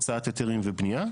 הוצאת היתרים ובנייה,